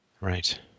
Right